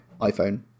iphone